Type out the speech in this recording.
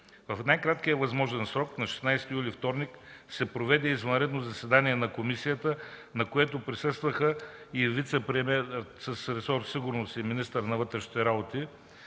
В най-краткия възможен срок – на 16 юли 2013 г., вторник, се проведе извънредно заседание на комисията, на което присъстваха вицепремиерът с ресор „Сигурност” и министър на вътрешните работи,